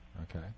Okay